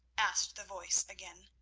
asked the voice again.